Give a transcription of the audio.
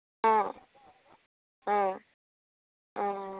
অঁ অঁ অঁ অঁ